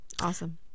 Awesome